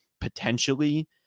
potentially